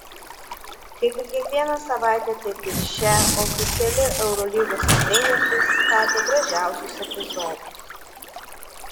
kaip ir kiekvieną savaitę taip ir šią oficiali eurolygos svetainė pristatė gražiausius epizodus